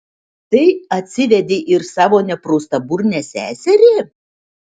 tai atsivedei ir savo nepraustaburnę seserį